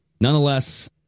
Nonetheless